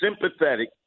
sympathetic